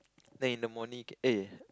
then in the morning can eh